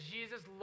Jesus